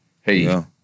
hey